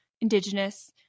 indigenous